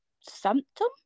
symptom